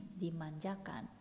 dimanjakan